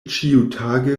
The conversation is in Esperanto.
ĉiutage